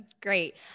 Great